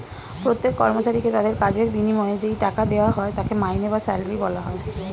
প্রত্যেক কর্মচারীকে তাদের কাজের বিনিময়ে যেই টাকা দেওয়া হয় তাকে মাইনে বা স্যালারি বলা হয়